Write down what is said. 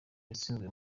yatsinzwe